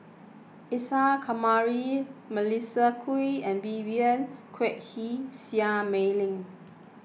Isa Kamari Melissa Kwee and Vivien Quahe Seah Mei Lin